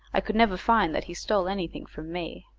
i could never find that he stole anything from me.